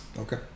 okay